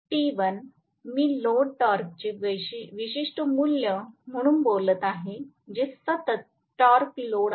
TL मी load टॉर्कचे विशिष्ट मूल्य म्हणून बोलत आहे जे सतत टॉर्क लोड आहे